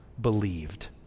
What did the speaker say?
believed